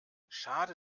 schade